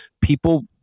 people